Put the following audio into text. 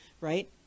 right